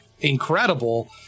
incredible